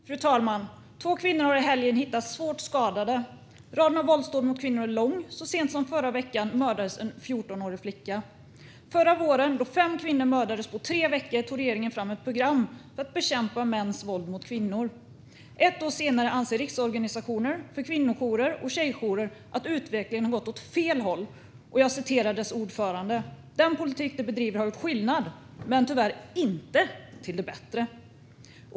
Fru talman! Två kvinnor har i helgen hittats svårt skadade. Raden av våldsdåd mot kvinnor är lång. Så sent som förra veckan mördades en 14årig flicka. Förra våren, då fem kvinnor mördades på tre veckor, tog regeringen fram ett program för att bekämpa mäns våld mot kvinnor. Ett år senare anser Riksorganisationen för kvinnojourer och tjejjourer att utvecklingen gått åt fel håll. Jag citerar dess ordförande: "Den politik de bedriver har gjort skillnad, men tyvärr inte till det bättre."